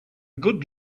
good